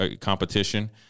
competition